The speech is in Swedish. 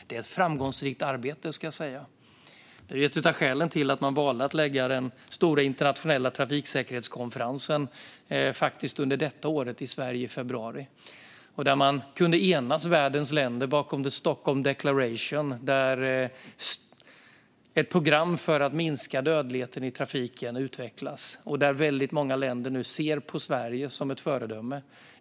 Det är ett framgångsrikt arbete, ska jag säga. Det är ett av skälen till att man valde att lägga den stora internationella trafiksäkerhetskonferensen i februari i år i Sverige. Där kunde världens länder enas bakom Stockholm Declaration, ett program för att minska dödligheten i trafiken och utvecklas, där väldigt många länder nu ser på Sverige som ett föredöme.